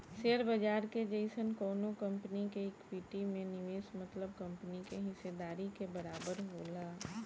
share बाजार के जइसन कवनो कंपनी के इक्विटी में निवेश मतलब कंपनी के हिस्सेदारी के बराबर होला